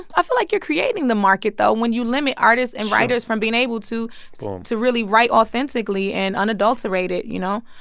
i feel like you're creating the market, though, when you limit artists and writers. sure. from being able to so to really write authentically and unadulterated, you know,